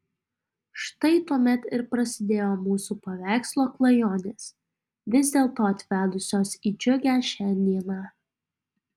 štai tuomet ir prasidėjo mūsų paveikslo klajonės vis dėlto atvedusios į džiugią šiandieną